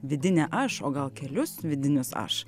vidinę aš o gal kelius vidinius aš